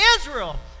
Israel